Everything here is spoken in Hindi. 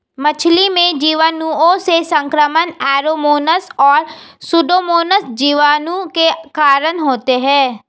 मछली में जीवाणुओं से संक्रमण ऐरोमोनास और सुडोमोनास जीवाणु के कारण होते हैं